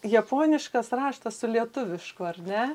japoniškas raštas su lietuvišku ar ne